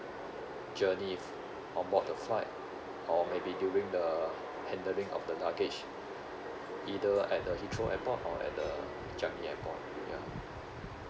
journey f~ onboard the flight or maybe during the handling of the luggage either at the heathrow airport or at the changi airport ya